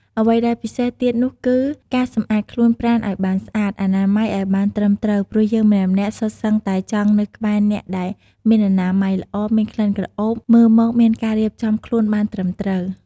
អ្វីដែលពិសេសទៀតនោះគឺការសម្អាតខ្លួនប្រាណឱ្យបានស្អាត អនាម័យឱ្យបានត្រឹមត្រូវ ព្រោះយើងម្នាក់ៗសុទ្ធសឹងតែចង់នៅក្បែរអ្នកដែលមានអនាម័យល្អ មានក្លិនក្រអូប មើលមកមានការរៀបចំខ្លួនបានត្រឹមត្រូវ។